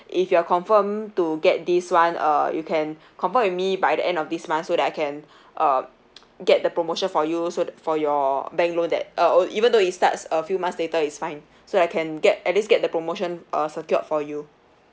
if you're confirm to get this one uh you can confirm with me by the end of this month so that I can uh get the promotion for you so the for your bank loan that uh oh even though it starts a few months later it's fine so I can get at least get the promotion uh secured for you